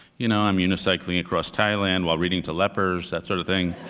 you know, i'm uni-cycling across thailand while reading to lepers, that sort of thing.